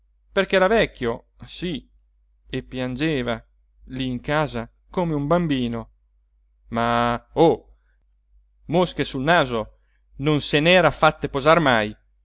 perché era vecchio sì e piangeva lì in casa come un bambino ma oh mosche sul naso non se n'era fatte posar mai